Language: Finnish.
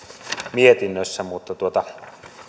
mietinnössä mutta